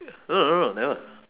no no no no never